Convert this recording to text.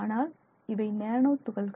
ஆனால் இவை நேனோ துகள்கள்